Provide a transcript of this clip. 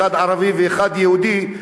אחד ערבי ואחד יהודי,